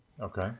Okay